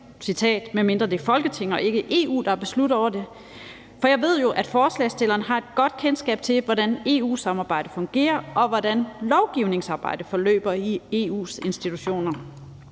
»medmindre det er Folketinget, og ikke EU, der har besluttet det«, for jeg ved jo, at forslagsstillerne har et godt kendskab til, hvordan EU-samarbejdet fungerer, og hvordan lovgivningsarbejdet forløber i EU's institutioner.